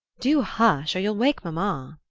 do hush, or you'll wake mamma.